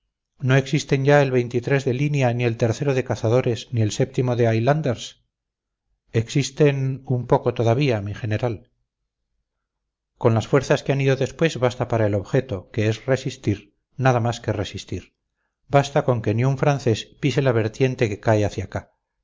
no existen ya el de línea ni el o de cazadores ni el o de highlanders existen un poco todavía mi general con las fuerzas que han ido después basta para el objeto que es resistir nada más que resistir basta con que ni un francés pise la vertiente que cae hacia acá